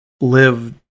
live